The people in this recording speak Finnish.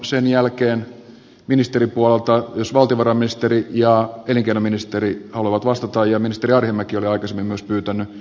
sen jälkeen ministeripuolelta jos valtiovarainministeri ja elinkeino ministeri haluavat vastata ja ministeri arhinmäki oli myös aikaisemmin pyytänyt puheenvuoron